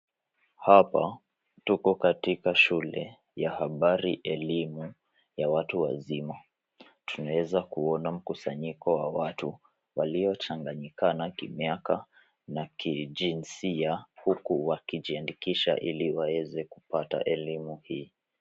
Hapa tuko katika shule ya habari elimu ya watu wazima. Tunaweza kuona mkusanyiko wa watu waliochanganyikana kimiaka na kijinsia huku wakijiandikisha ili waweze kupata elimu hii.